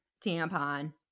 tampon